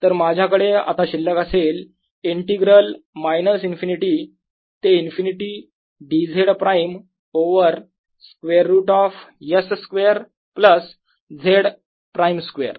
तर माझ्याकडे आता शिल्लक असेल इंटिग्रल मायनस इन्फिनिटी ते infinity dZ prime over square root of S square plus Z prime square